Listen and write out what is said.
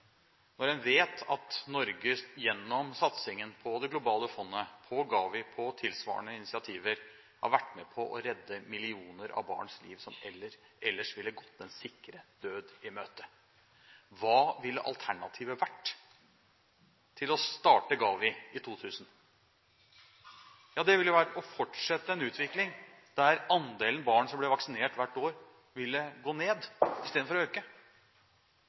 når man vet at Norge gjennom satsingen på det globale fondet, på GAVI og tilsvarende initiativer, har vært med på å redde millioner av barns liv – barn som ellers ville gått den sikre død i møte. Hva ville alternativet vært til å starte GAVI i 2000? Jo, det ville vært å fortsette en utvikling der andelen barn som blir vaksinert hvert år, ville gå ned istedenfor å øke.